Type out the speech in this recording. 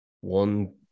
one